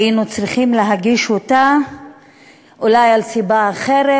היינו צריכים להגיש אותה אולי על סיבה אחרת,